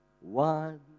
One